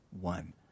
one